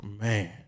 Man